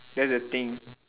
that's the thing